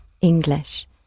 English